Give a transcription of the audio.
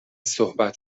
صحبت